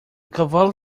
cavalo